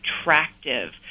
attractive